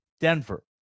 Denver